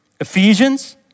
Ephesians